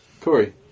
Corey